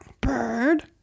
Bird